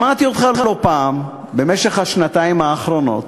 שמעתי אותך לא פעם בשנתיים האחרונות,